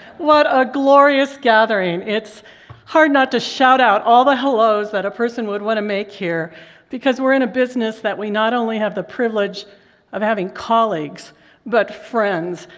what a glorious gathering. it's hard not to shout out all the hellos a person would want to make here because we're in a business that we not only have the privilege of having colleagues but friends.